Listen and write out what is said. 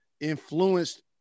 influenced